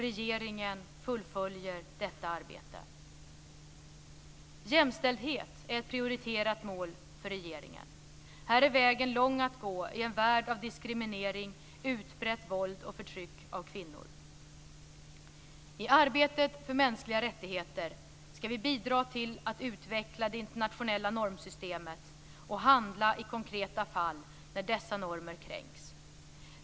Regeringen fullföljer detta arbete. Jämställdhet är ett prioriterat mål för regeringen. Här är vägen lång att gå i en värld av diskriminering, utbrett våld och förtryck av kvinnor. I arbetet för mänskliga rättigheter skall vi bidra till att utveckla det internationella normsystemet och handla i konkreta fall när dessa normer kränks.